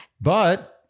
But-